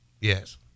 Yes